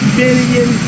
billion